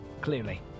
clearly